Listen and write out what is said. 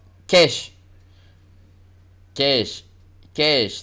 cash cash cash